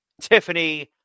Tiffany